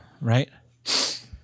Right